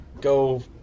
go